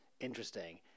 interesting